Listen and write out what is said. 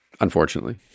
unfortunately